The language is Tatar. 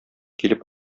килеп